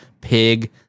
pig